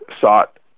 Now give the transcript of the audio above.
sought